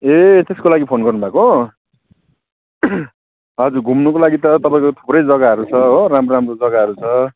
ए त्यसको लागि फोन गर्नु भएको हो हजुर घुम्नुको लागि त तपाईँको थुप्रो जगाहरू छ हो राम्रो राम्रो जगाहरू छ